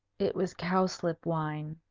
it was cowslip wine.